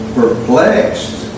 perplexed